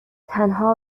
تنها